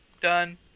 Done